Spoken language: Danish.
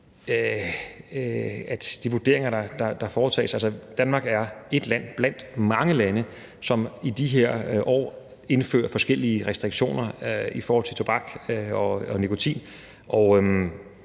de vurderinger, der foretages, at Danmark er ét land blandt mange lande, som i de her år indfører forskellige restriktioner i forhold til tobak og nikotin,